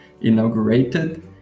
inaugurated